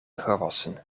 gewassen